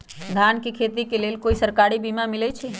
धान के खेती के लेल कोइ सरकारी बीमा मलैछई?